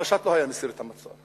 המשט לא היה מסיר את המצור,